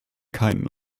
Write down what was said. keinen